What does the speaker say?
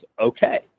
okay